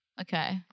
Okay